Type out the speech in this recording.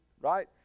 Right